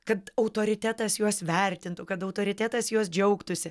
kad autoritetas juos vertintų kad autoritetas juos džiaugtųsi